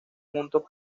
juntos